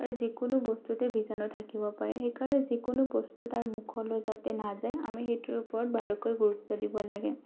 আৰু যিকোনো বস্তুতেই বীজাণু থাকিব পাৰে সেইকাৰণে যিকোনো বস্তু তাৰ মুখলৈ যাতে নাযায় আমি সেইটোৰ ওপৰত বাৰুকৈ গুৰুত্ব দিব লাগে